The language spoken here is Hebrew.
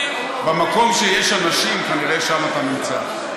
במקום שיש אנשים, כנראה שם אתה נמצא.